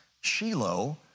Shiloh